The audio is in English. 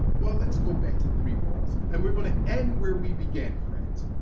well, let's go back to three balls and we're gonna end where we began, friends,